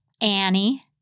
Annie